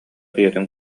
ийэтин